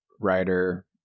writer